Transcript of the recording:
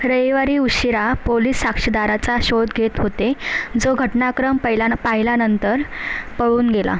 रविवारी उशिरा पोलीस साक्षीदाराचा शोध घेत होते जो घटनाक्रम पयलान पाहिल्यानंतर पळून गेला